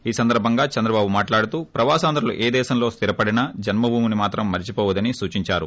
ఈ సందర్బంగా చంద్రబాబు మాట్లాడుతూ ప్రవాసాంధ్రులు ఏ దేశంలో స్దిరపడినా జన్మభూమిని మాత్రం మరిచిపోవద్దని సూచించారు